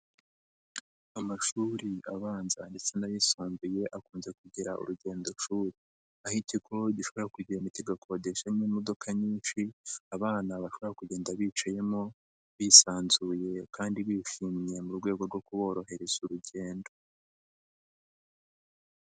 Amashuri abanza ndetse n'ayisumbuye akunze kugira urugendoshuri. Aho ikigo gishobora kugenda kigakodesha nk'imodoka nyinshi abana bashobora kugenda bicayemo bisanzuye kandi bishimiye mu rwego rwo kuborohereza urugendo.